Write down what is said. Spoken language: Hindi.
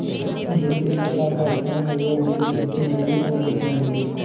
हुंडी तीन प्रकार का होता है सहयोग हुंडी, मुद्दती हुंडी और दर्शनी हुंडी